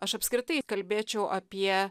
aš apskritai kalbėčiau apie